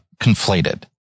conflated